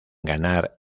ganar